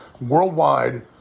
worldwide